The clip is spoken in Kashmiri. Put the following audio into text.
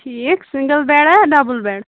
ٹھیٖک سِنگٔل بیڈا ڈَبٔل بیڈ